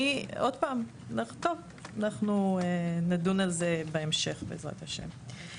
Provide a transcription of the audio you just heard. טוב, אנחנו נדון על זה בהמשך, בעזרת השם.